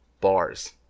Bars